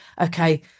okay